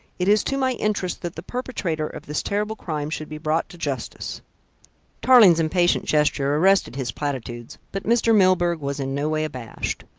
it is to my interest that the perpetrator of this terrible crime should be brought to justice tarling's impatient gesture arrested his platitudes, but mr. milburgh was in no way abashed.